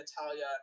Natalia